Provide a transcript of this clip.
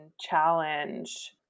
challenge